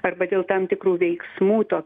arba dėl tam tikrų veiksmų to